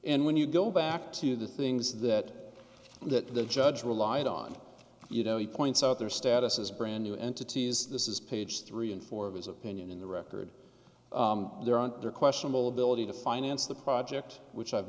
and when you go back to the things that the judge relied on you know he points out their status as brand new entities this is page three and four of his opinion in the record there on their questionable ability to finance the project which i've